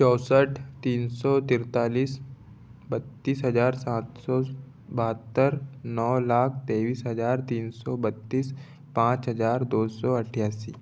चौंसठ तीन सौ तैंतालीस बत्तीस हजार सात सौ बहत्तर नौ लाख तेईस हजार तीन सौ बत्तीस पाँच हजार दो सौ अठ्यासी